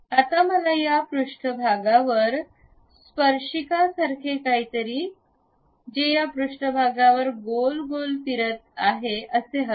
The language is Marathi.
आता मला या पृष्ठभागावर स्पर्शिकासारखे काहीतरी जे या पृष्ठभागावर गोल गोल फिरत आहे असे हवे आहे